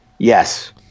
Yes